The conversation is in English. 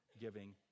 giving